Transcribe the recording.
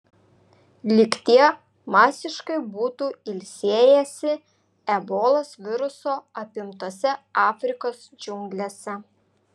lyg tie masiškai būtų ilsėjęsi ebolos viruso apimtose afrikos džiunglėse